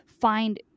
find